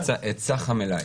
את סך המלאי.